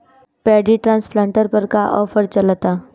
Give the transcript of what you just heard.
Paddy transplanter पर का offer चलता?